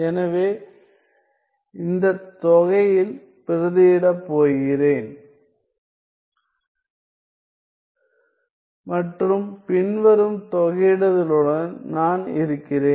எனவே நான் இந்த தொகையில்பிரதியிடப் போகிறேன் மற்றும் பின்வரும் தொகையிடுதலுடன் நான் இருக்கிறேன்